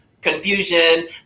confusion